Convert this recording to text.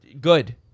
good